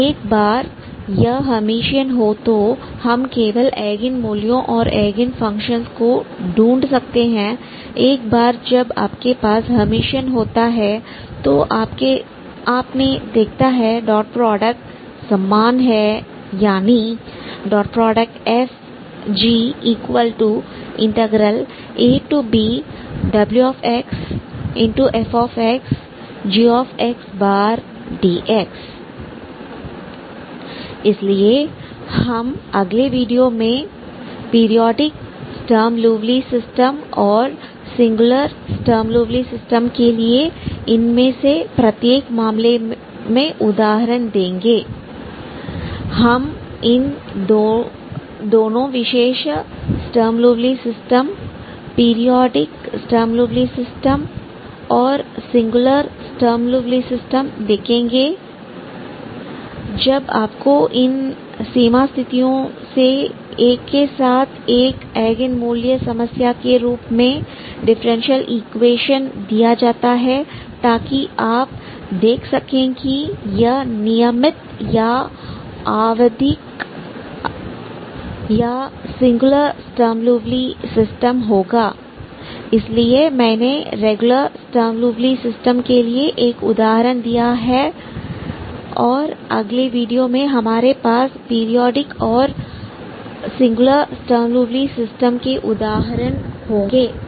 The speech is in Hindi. जब एक बार यह हेयरमिशन हो तो हम केवल एगेनमूल्यों और एगेन फंक्शंसको ढूंढ सकते हैं एक बार जब आपके पास हेयरमिशन होता है तो आपने देखता है कि डॉट प्रोडक्ट समान है यानी fgabwxfxgxdx इसलिए हम अगले वीडियो में periodic singular Sturm Liouville system और सिंगुलर स्टर्म लिउविल सिस्टम के लिए इनमें से प्रत्येक मामले मैं उदाहरण देंगे हम इन दो विशेष Sturm Liouville system periodic Sturm Liouville system और सिंगुलर स्टर्म लिउविल सिस्टम देखेंगे लिए जब आपको इन सीमा स्थितियों से एक के साथ एक एगेन मूल्य समस्या के रूप में डिफरेंशियल इक्वेशन दिया जाता है ताकि आप देख सके कि यह नियमित या आवधिक या सिंगुलर स्टर्म लिउविल सिस्टम्स होगा इसलिए मैंने रेगुलर स्टर्म लिउविल सिस्टम के लिए एक उदाहरण दिया है और अगले वीडियो में हमारे पास पीरियोडिक और सिंगुलर स्टर्म लिउविल सिस्टम्स के उदाहरण होंगे